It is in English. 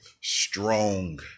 strong